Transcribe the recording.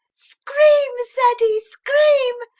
scream, ceddie scream!